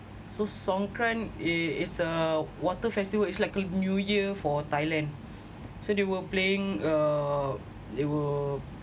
so songkran it it's a water festival it's like a new year for thailand so they were playing uh they were